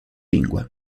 lingue